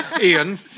Ian